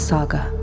Saga